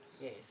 Yes